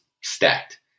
stacked